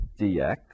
dx